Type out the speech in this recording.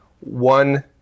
one